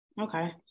Okay